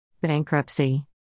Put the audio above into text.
Bankruptcy